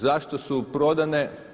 Zašto su prodane?